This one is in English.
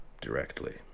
directly